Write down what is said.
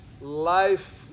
life